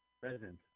president